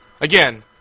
Again